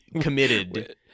committed